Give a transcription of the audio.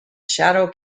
shadow